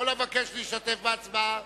כל המבקש להשתתף בהצבעה,